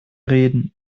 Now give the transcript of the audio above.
reden